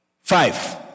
Five